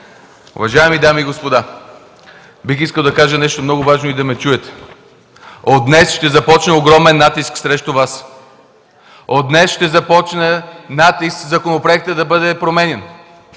Уважаеми дами и господа, бих искал да кажа нещо много важно и да ме чуете. От днес ще започне огромен натиск срещу Вас. От днес ще започне натиск законопроектът да бъде променян!